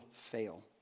fail